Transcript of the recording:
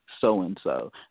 so-and-so